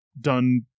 done